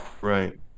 right